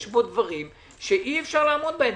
יש בו דברים שאי-אפשר לעמוד בהם.